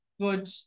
good